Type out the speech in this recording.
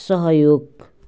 सहयोग